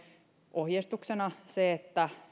ohjeistuksena on se että